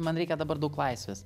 man reikia dabar daug laisvės